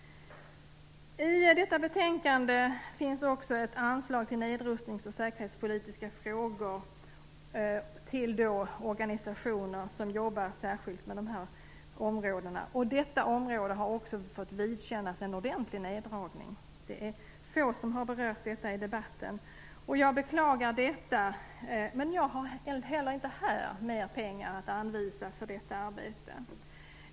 I detta betänkande finns också ett anslag till organisationer som jobbar särskilt med nedrustnings och säkerhetspolitiska frågor. Detta område har också fått vidkännas en ordentlig neddragning. Det är få som har berört detta i debatten. Jag beklagar det, men jag har inte heller mer pengar att anvisa för detta arbete.